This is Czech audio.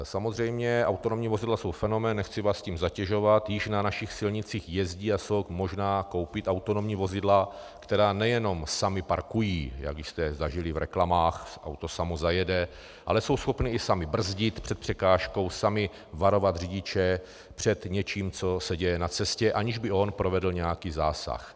Samozřejmě autonomní vozidla jsou fenomén, nechci vás tím zatěžovat, již na našich silnicích jezdí a je možné koupit autonomní vozidla, která nejenom sama parkují, jak už jste zažili v reklamách, auto samo zajede, ale jsou schopna i sama brzdit před překážkou, sama varovat řidiče před něčím, co se děje na cestě, aniž by on provedl nějaký zásah.